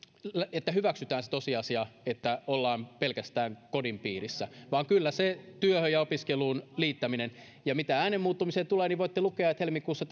että hyväksytään se tosiasia että ollaan pelkästään kodin piirissä vaan kyllä se työhön ja opiskeluun liittäminen ja mitä äänen muuttumiseen tulee niin voitte lukea että helmikuussa